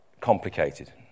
complicated